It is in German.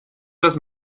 das